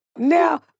Now